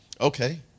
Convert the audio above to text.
Okay